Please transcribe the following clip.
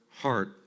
heart